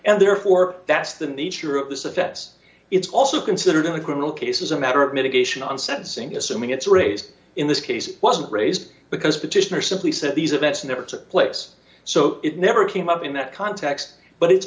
and therefore that's the nature of this offense it's also considered in a criminal case as a matter of mitigation on sensing assuming it's raised in this case wasn't raised because petitioner simply said these events never took place so it never came up in that context but it's